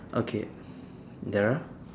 okay there are